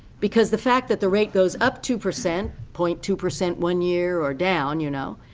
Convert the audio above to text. because the fact that the rate goes up two percent point two percent one year or down, you know,